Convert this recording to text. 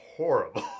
horrible